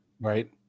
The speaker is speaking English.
Right